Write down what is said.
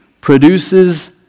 produces